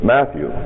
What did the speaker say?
Matthew